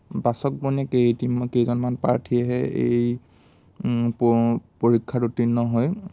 বাছকবনীয়া কেইটিমান কেইজনমান প্ৰাৰ্থীয়েহে এই পৰীক্ষাত উত্তীৰ্ণ হৈ